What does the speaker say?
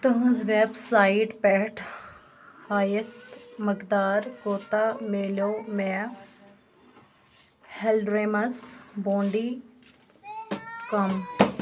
تٕہٕنٛز web site پٮ۪ٹھ ہایِتھ مَقدار کوتاہ میلیو مےٚ ہٮ۪لڈرٛیٖمَس بونڈی کَم